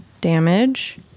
damage